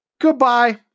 Goodbye